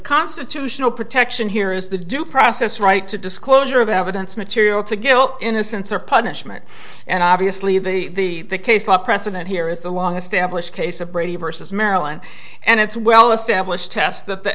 constitutional protection here is the due process right to disclosure of evidence material to guilt innocence or punishment and obviously the case law precedent here is the long established case of brady versus maryland and it's well established tests th